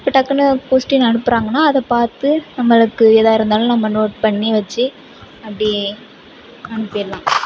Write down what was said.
இப்போ டக்குனு கொஸ்டின் அனுப்புறாங்கன்னா அதைப் பார்த்து நம்மளுக்கு எதாக இருந்தாலும் நோட் பண்ணி வச்சு அப்படியே அனுப்பிடலாம்